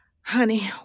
Honey